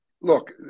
Look